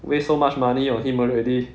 waste so much money on him already